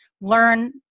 learn